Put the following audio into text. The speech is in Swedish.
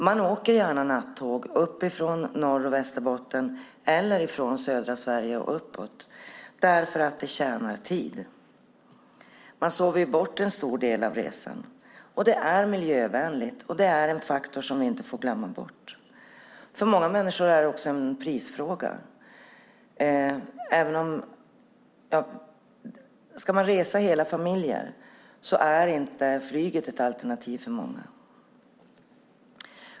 Man åker gärna nattåg ned från Norrbotten och Västerbotten eller upp från södra Sverige därför att det sparar tid. Man sover ju bort en stor del av resan. Det är miljövänligt, och det är en faktor som vi inte får glömma bort. För många människor är det också en prisfråga. Ska man resa hela familjen är inte flyget ett alternativ för många.